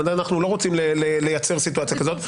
אבל אנחנו לא רוצים לייצר סיטואציה כזאת.